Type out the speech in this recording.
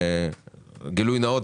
גילוי נאות,